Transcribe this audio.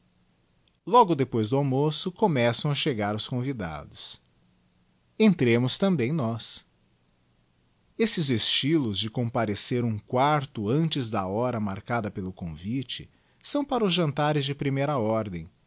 logo depois do almoço começam a chegar os tíonvidados entremos também nós esses estylos de comparecer um quarto antes da hora marcada pelo convite são para os jantares de primeira ordem